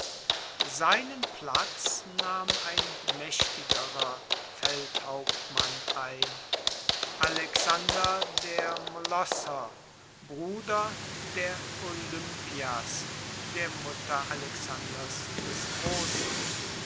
seinen platz nahm ein maechtigerer feldhauptmann ein alexander der molosser bruder der olympias der mutter alexanders des grossen